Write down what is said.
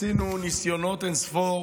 עשינו ניסיונות אין-ספור